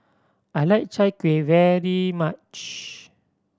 I like Chai Kuih very much